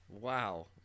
Wow